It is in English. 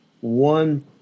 one